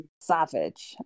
savage